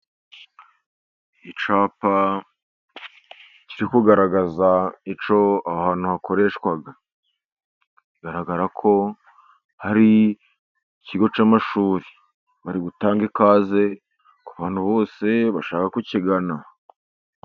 Icyapa kiri kugaragaza icyo ahantu hakoreshwa, bigaragara ko hari ikigo cy'amashuri bari gutanga ikaze ku bantu bose bashaka kukigana.